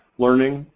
learning,